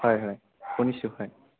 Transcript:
হয় হয় শুনিছোঁ হয়